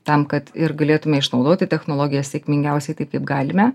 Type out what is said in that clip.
tam kad ir galėtume išnaudoti technologijas sėkmingiausiai taip kaip galime